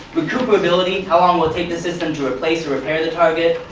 recuperability how long will it take the system to replace or repair the target?